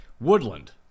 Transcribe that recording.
woodland